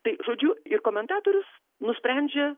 tai žodžiu ir komentatorius nusprendžia